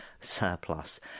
surplus